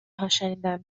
هاشنیدم